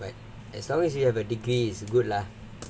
but as long as you have a degree is good lah